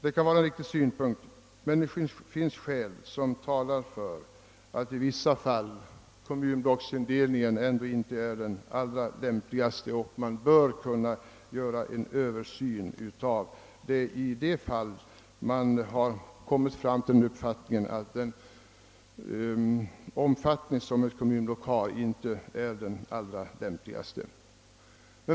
Det kan vara en riktig synpunkt, men det finns skäl som talar för att kommunblocksindelningen i vissa fall ändå inte är den lämpligaste och att en översyn av indelningen bör kunna göras i de fall då man kommit till den uppfattningen att den omfattning som ett kommunblock har inte är den lämpligaste.